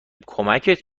کمکت